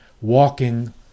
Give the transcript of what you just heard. walking